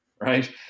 right